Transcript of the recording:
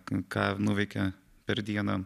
ką nuveikė per dieną